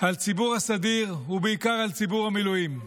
על ציבור הסדיר ובעיקר על ציבור המילואים.